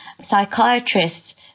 psychiatrists